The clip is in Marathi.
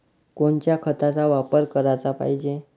कोनच्या खताचा वापर कराच पायजे?